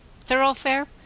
thoroughfare